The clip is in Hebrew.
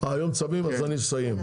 אה היום צמים אז אני אסיים,